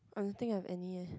I don't think have any eh